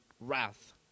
Wrath